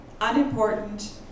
unimportant